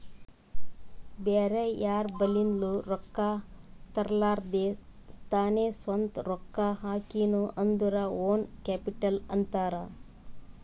ಬ್ಯಾರೆ ಯಾರ್ ಬಲಿಂದ್ನು ರೊಕ್ಕಾ ತರ್ಲಾರ್ದೆ ತಾನೇ ಸ್ವಂತ ರೊಕ್ಕಾ ಹಾಕಿನು ಅಂದುರ್ ಓನ್ ಕ್ಯಾಪಿಟಲ್ ಅಂತಾರ್